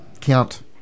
count